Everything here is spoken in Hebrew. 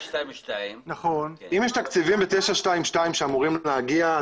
החלטה 922. אם יש תקציבים ב-922 שאמורים להגיע,